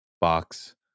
box